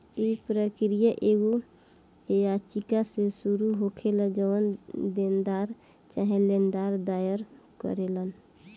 इ प्रक्रिया एगो याचिका से शुरू होखेला जवन देनदार चाहे लेनदार दायर करेलन